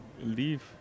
leave